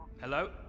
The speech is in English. Hello